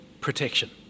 protection